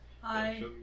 Hi